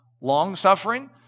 long-suffering